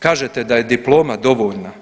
Kažete da je diploma dovoljna.